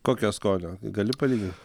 kokio skonio gali palygin